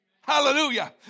Hallelujah